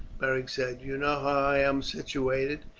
beric said. you know how i am situated,